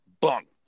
Bunk